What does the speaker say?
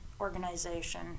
organization